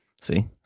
see